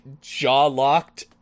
jaw-locked